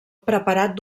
preparat